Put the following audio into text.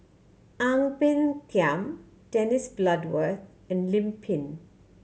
Ang Peng Tiam Dennis Bloodworth and Lim Pin